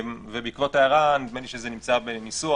ובעקבות ההערה נדמה לי שזה נמצא בניסוח.